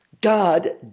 God